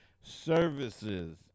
services